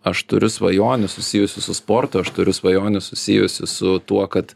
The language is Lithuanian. aš turiu svajonių susijusių su sportu aš turiu svajonių susijusių su tuo kad